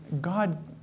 God